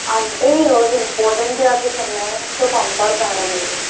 అంటే ఈ రోజు ఇంపార్టెంట్ క్లాసెస్ ఉన్నాయి సో పంపాలి మ్యాడమ్ మీరు